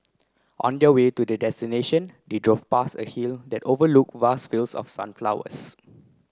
on the way to their destination they drove past a hill that overlook vast fields of sunflowers